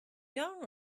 young